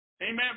Amen